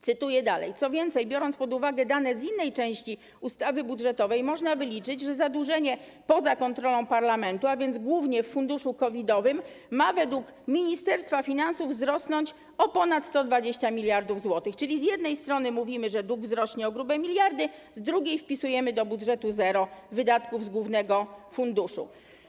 Cytuję dalej: Co więcej, biorąc pod uwagę dane z innej części ustawy budżetowej, można wyliczyć, że zadłużenie poza kontrolą parlamentu, a więc głównie w funduszu covid-owym ma według Ministerstwa Finansów wzrosnąć o ponad 120 mld zł, czyli z jednej strony mówimy, że dług wzrośnie o grube miliardy, z drugiej strony wpisujemy do budżetu zero wydatków z głównego funduszu.